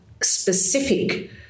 specific